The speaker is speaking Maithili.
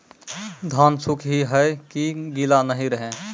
धान सुख ही है की गीला नहीं रहे?